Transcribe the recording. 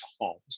homes